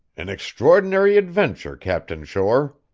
an extraordinary adventure, captain shore.